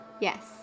Yes